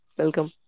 welcome